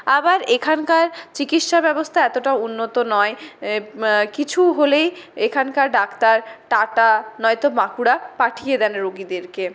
আবার এখানকার চিকিৎসা ব্যবস্থা এতটাও উন্নত নয় কিছু হলেই এখাকার ডাক্তার টাটা নয় তো বাঁকুড়া পাঠিয়ে দেন রুগিদেরকে